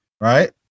right